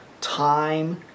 time